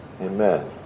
Amen